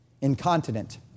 incontinent